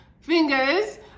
fingers